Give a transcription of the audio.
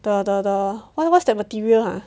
the the the what what's that material ah